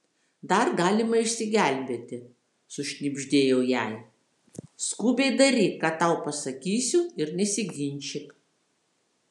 dar galima išsigelbėti sušnibždėjau jai skubiai daryk ką tau pasakysiu ir nesiginčyk